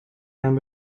jahren